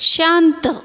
शांत